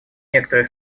некоторые